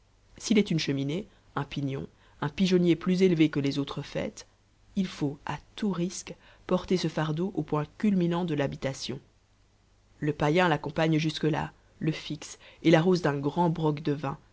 s'il est une cheminée un pignon un pigeonnier plus élevé que les autres faîtes il faut à tout risque porter ce fardeau au point culminant de l'habitation le païen l'accompagne jusque-là le fixe et l'arrose d'un grand broc de vin